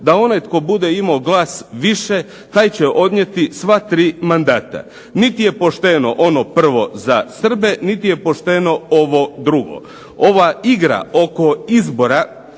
da onaj tko bude imao glas više, taj će odnijeti sva tri mandata. Niti je pošteno ono prvo za Srbe, niti je pošteno ovo drugo. Ova igra oko izbora,